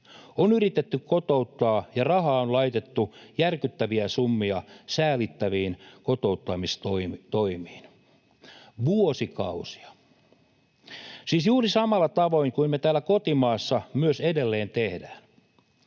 On yritetty kotouttaa ja rahaa on laitettu järkyttäviä summia säälittäviin kotouttamistoimiin vuosikausia, siis juuri samalla tavoin kuin me täällä kotimaassa myös edelleen tehdään,